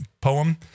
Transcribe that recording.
poem